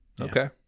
Okay